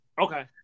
Okay